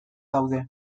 daude